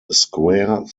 square